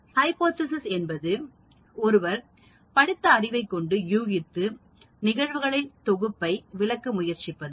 hypothesis என்பது ஒருவர் படித்த அறிவைக்கொண்டு யூகித்து நிகழ்வுகளின் தொகுப்பை விலக்க முயற்சிப்பது